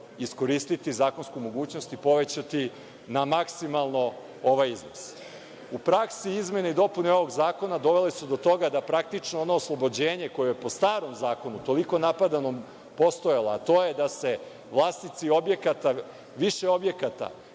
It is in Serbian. iskoristiti zakonsku mogućnost i povećati na maksimalno ovaj iznos.U praksi izmene i dopune ovog zakona dovele su do toga da praktično ono oslobođenje koje je po starom zakonu toliko napadanom postojalo, a to je da vlasnici objekata,